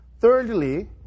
Thirdly